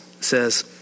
says